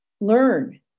learn